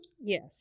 Yes